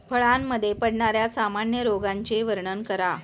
फळांमध्ये पडणाऱ्या सामान्य रोगांचे वर्णन करा